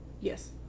Yes